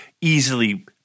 easily